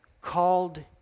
called